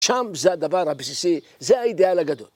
שם זה דבר הבסיסי, זה האידאל הגדול.